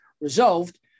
resolved